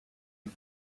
you